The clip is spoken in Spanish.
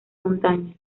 montaña